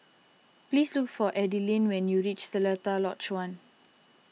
please look for Adilene when you reach Seletar Lodge one